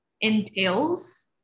entails